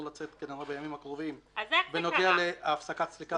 לצאת כנראה בימים הקרובים בנוגע להפסקת סליקה.